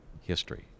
History